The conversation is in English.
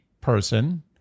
person